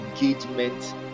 engagement